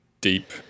deep